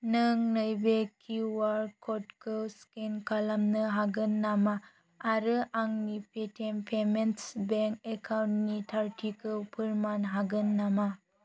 नों नैबे किउआर कडखौ स्केन खालामनो हागोन नामा आरो आंनि पेटिएम पेमेन्टस बेंक एकाउन्टनि थारथिखौ फोरमान हागोन नामा